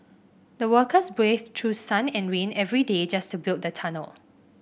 the workers braved through sun and rain every day just to build the tunnel